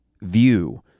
view